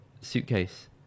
Suitcase